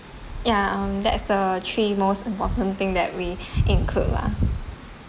ya um that's the three most important thing that way include lah